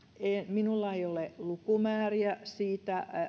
minulla ei ole lukumääriä siitä